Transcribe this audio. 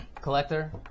Collector